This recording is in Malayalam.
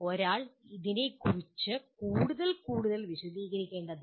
ഒരാൾ അതിനെക്കുറിച്ച് കൂടുതൽ കൂടുതൽ വിശദീകരിക്കേണ്ടതില്ല